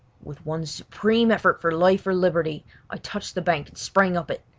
with one supreme effort for life or liberty i touched the bank and sprang up it.